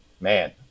man